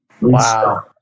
Wow